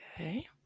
Okay